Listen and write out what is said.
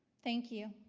thank you.